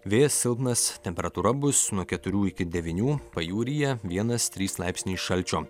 vėjas silpnas temperatūra bus nuo keturių iki devynių pajūryje vienas trys laipsniai šalčio